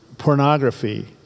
pornography